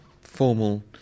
formal